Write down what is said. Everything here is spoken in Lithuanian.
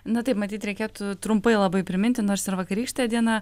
na taip matyt reikėtų trumpai labai priminti nors ir vakarykštė diena